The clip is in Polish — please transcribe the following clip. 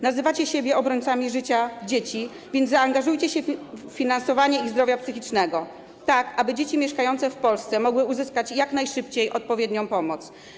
Nazywacie siebie obrońcami życia dzieci, więc zaangażujcie się w finansowanie ich zdrowia psychicznego, tak aby dzieci mieszkające w Polsce mogły uzyskać jak najszybciej odpowiednią pomoc.